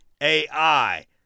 AI